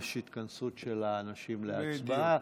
יש התכנסות של האנשים להצבעה.